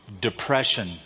depression